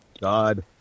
god